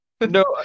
No